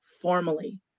formally